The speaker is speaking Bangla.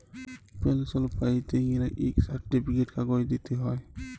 পেলসল প্যাইতে গ্যালে ইক সার্টিফিকেট কাগজ দিইতে হ্যয়